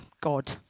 God